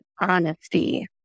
honesty